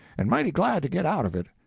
and mighty glad to get out of it.